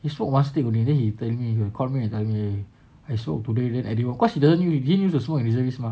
he smoke one stick only then he telling me he will call me and tell me I smoke today then I didn't anymore cause he doesn't didn't use the smoke already mah